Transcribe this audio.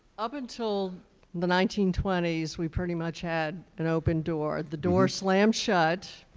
up until the nineteen twenty s we pretty much had an open door. the door slamed shut.